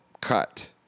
cut